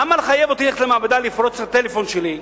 למה לחייב אותי ללכת למעבדה לפרוץ את הטלפון שלי,